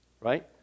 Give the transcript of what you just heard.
right